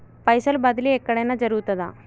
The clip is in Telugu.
పైసల బదిలీ ఎక్కడయిన జరుగుతదా?